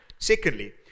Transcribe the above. Secondly